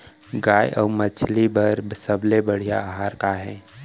गाय अऊ मछली बर सबले बढ़िया आहार का हे?